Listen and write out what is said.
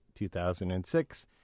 2006